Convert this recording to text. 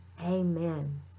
amen